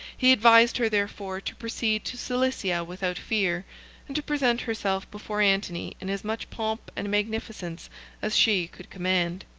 he advised her, therefore, to proceed to cilicia without fear and to present herself before antony in as much pomp and magnificence as she could command.